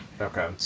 Okay